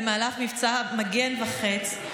במהלך מבצע מגן וחץ,